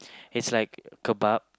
it's like Kebab